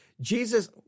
Jesus